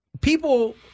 People